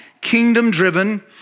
kingdom-driven